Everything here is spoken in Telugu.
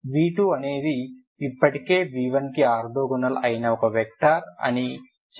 v2 అనేది ఇప్పటికే v1 కి ఆర్తోగోనల్ అయిన ఓక వెక్టర్ అని చెప్పండి